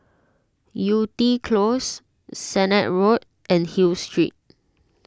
Yew Tee Close Sennett Road and Hill Street